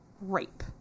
rape